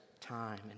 time